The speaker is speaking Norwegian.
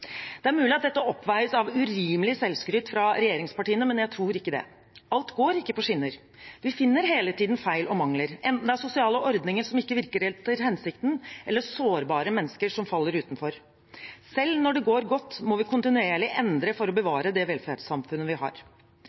Det er mulig at dette oppveies av urimelig selvskryt fra regjeringspartiene, men jeg tror ikke det. Alt går ikke på skinner. Vi finner hele tiden feil og mangler, enten det er sosiale ordninger som ikke virker etter hensikten, eller sårbare mennesker som faller utenfor. Selv når det går godt, må vi kontinuerlig endre for å bevare det velferdssamfunnet vi har.